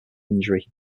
injury